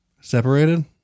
separated